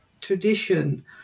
tradition